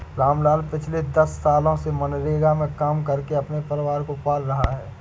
रामलाल पिछले दस सालों से मनरेगा में काम करके अपने परिवार को पाल रहा है